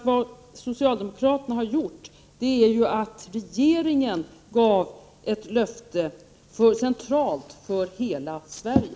Vad socialdemokraterna gjort är ju att regeringen gav ett löfte centralt för hela Sverige.